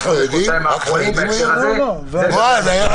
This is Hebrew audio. אזרח ישראלי וכרגע 3,000 זה הקיבולת של הטיסות ולכן אנחנו רואים